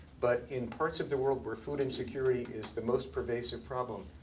but in parts of the world where food insecurity is the most pervasive problem,